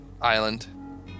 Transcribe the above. island